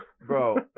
bro